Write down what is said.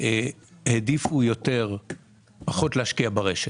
העדיפו פחות להשקיע ברשת.